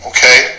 Okay